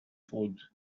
food